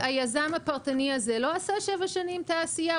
אז היזם הפרטני הזה לא עשה שבע שנים תעשייה,